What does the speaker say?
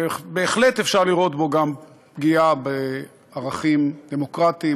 ובהחלט אפשר לראות בו גם פגיעה בערכים דמוקרטיים,